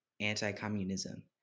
anti-communism